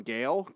Gail